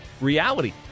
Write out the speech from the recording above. reality